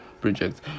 project